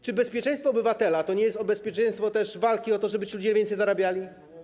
Czy bezpieczeństwo obywatela to nie jest też bezpieczeństwo walki o to, żeby ci ludzie więcej zarabiali?